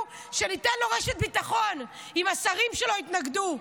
שניתן לו רשת ביטחון אם השרים שלו יתנגדו.